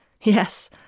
Yes